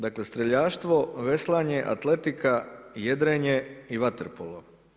Dakle, streljaštvo, veslanje, atletika, jedrenje i vaterpolo.